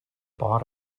bought